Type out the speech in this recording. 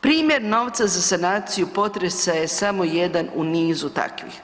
Primjer novca za sanaciju potresa je samo jedan u nizu takvih.